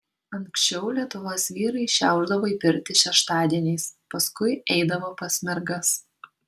anksčiau lietuvos vyrai šiaušdavo į pirtį šeštadieniais paskui eidavo pas mergas